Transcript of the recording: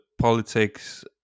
politics